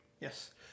Yes